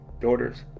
daughters